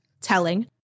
telling